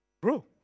bro